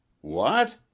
What